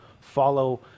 follow